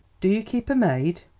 do you keep a maid?